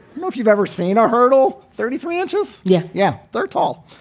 you know if you've ever seen a hurdle, thirty three inches. yeah. yeah. they're tall.